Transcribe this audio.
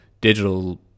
digital